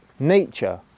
Nature